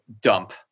dump